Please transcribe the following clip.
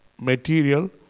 material